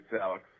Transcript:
Alex